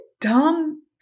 dumb